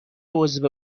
عضو